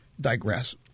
digress